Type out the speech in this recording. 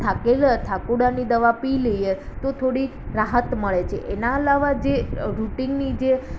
થાકેલ થાકુંડાની દવા પી લઈએ તો થોડીક રાહત મળે છે એના અલાવા જે રૂટિનની જે